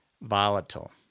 volatile